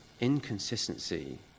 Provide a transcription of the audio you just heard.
inconsistency